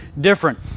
different